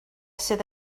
sydd